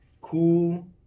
cool